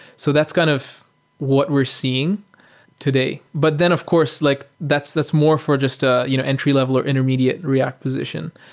so that's kind of what we're seeing today. but then of course like that's that's more for just an ah you know entry-level or intermediate react position.